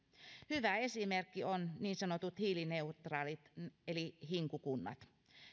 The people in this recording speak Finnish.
hyvä esimerkki on niin sanotut hiilineutraalit eli hinku kunnat